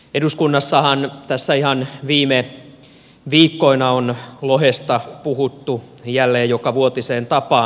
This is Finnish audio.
eduskunnassahan tässä ihan viime viikkoina on lohesta puhuttu jälleen jokavuotiseen tapaan